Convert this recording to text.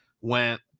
went